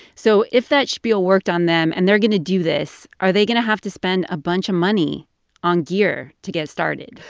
so if that spiel worked on them and they're going to do this, are they going to have to spend a bunch of money on gear to get started?